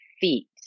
feet